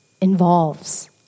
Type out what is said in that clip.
involves